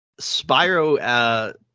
Spyro